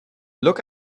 look